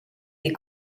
des